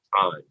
time